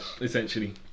essentially